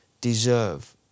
deserve